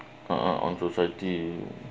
uh !huh! onto thirty